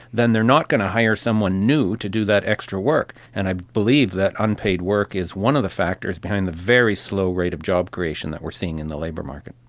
then they are not going to hire someone new to do that extra work. and i believe that unpaid work is one of the factors behind the very slow rate of job creation that we seeing in the labour market.